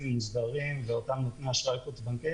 מוסדרים ואותם נותני אשראי חוץ בנקאיים,